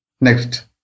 Next